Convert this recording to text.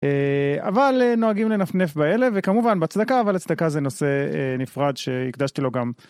אבל נוהגים לנפנף באלה וכמובן בצדקה, אבל הצדקה זה נושא נפרד שהקדשתי לו גם.